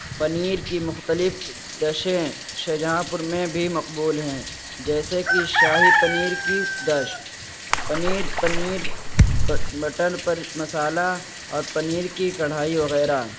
پنیر کی مختلف ڈشیں شہجہاں پور میں بھی مقبول ہیں جیسے کہ شاہی پنیر کی ڈش پنیر پنیر بٹر مسالا اور پنیر کی کڑھائی وغیرہ